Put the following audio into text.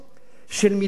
של מלה אחת